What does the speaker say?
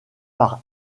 par